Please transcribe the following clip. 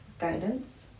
guidance